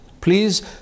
Please